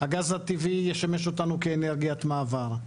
הגז הטבעי ישמש אותנו כאנרגיית מעבר.